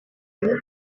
intwaro